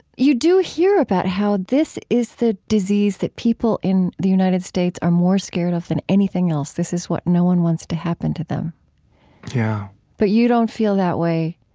you do hear about how this is the disease that people in the united states are more scared of than anything else. this is what no one wants to happen to them yeah but you don't feel that way,